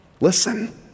Listen